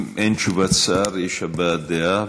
אם אין תשובת שר, יש הבעת דעה,